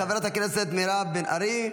חברת הכנסת מירב בן ארי,